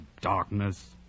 darkness